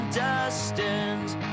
destined